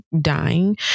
dying